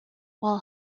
while